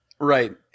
Right